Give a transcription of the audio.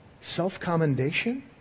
Self-commendation